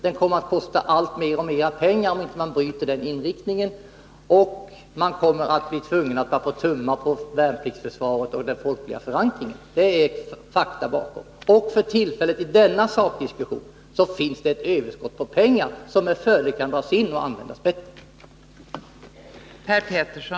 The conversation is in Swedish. Den kommer att kosta alltmer pengar, om den nuvarande inriktningen inte bryts, och man kommer att bli tvungen att tumma på värnpliktsförsvaret och den folkliga förankringen. Detta är fakta. När det gäller sakdiskussionen finns det för tillfället ett överskott på pengar som med fördel kan dras in och användas bättre.